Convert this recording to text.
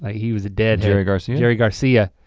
he was a deadhead. jerry garcia? jerry garcia,